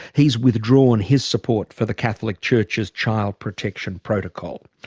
he's withdrawn his support for the catholic church's child protection protocol.